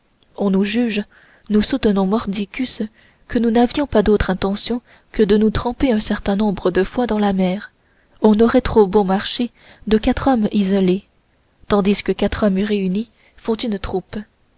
on nous juge nous soutenons mordicus que nous n'avions d'autre intention que de nous tremper un certain nombre de fois dans la mer on aurait trop bon marché de quatre hommes isolés tandis que quatre hommes réunis font une troupe